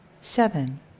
Seven